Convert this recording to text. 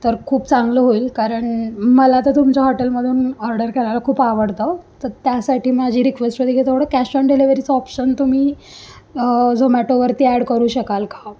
तर खूप चांगलं होईल कारण मला तर तुमच्या हॉटेलमधून ऑर्डर करायला खूप आवडतं तर त्यासाठी माझी रिक्वेस्ट होती की तेवढं कॅश ऑन डिलेवरीचं ऑप्शन तुम्ही झोमॅटोवरती ॲड करू शकाल का